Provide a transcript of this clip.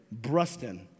Bruston